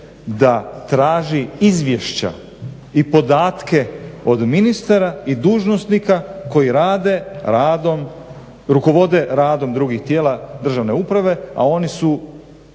da traži izvješća i podatke od ministara i dužnosnika koji rukovode radom drugih tijela državne uprave, a oni su